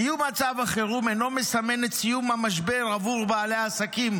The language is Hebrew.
סיום מצב החירום אינו מסמן את סיום המשבר עבור בעלי העסקים,